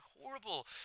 horrible